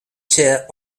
chair